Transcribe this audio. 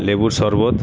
লেবুর শরবত